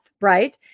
Right